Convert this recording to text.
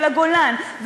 ולגולן,